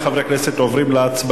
חברי חברי הכנסת, אנחנו עוברים להצבעה.